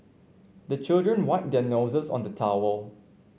the children wipe their noses on the towel